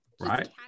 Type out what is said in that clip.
Right